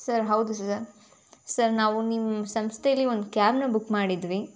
sir ಹೌದು sir sir ನಾವು ನಿಮ್ಮ ಸಂಸ್ಥೇಲ್ಲಿ ಒಂದು ಕ್ಯಾಬ್ನ ಬುಕ್ ಮಾಡಿದ್ವಿ